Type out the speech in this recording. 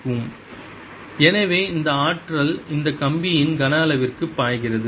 S10EB10ρIa20I2πaI222a3n எனவே இந்த ஆற்றல் இந்த கம்பியின் கன அளவிற்கு பாய்கிறது